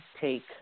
take